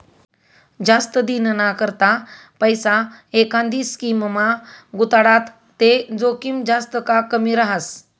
जास्त दिनना करता पैसा एखांदी स्कीममा गुताडात ते जोखीम जास्त का कमी रहास